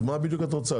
אז מה בדיוק את רוצה?